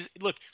Look